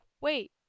wait